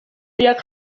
jak